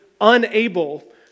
unable